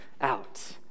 out